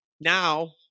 Now